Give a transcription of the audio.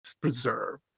Preserve